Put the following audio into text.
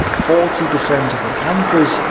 forty percent of the panthers,